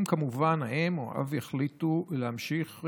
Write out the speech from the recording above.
אם כמובן האם או האב יחליטו להמשיך,